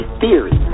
theory